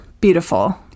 beautiful